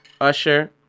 Usher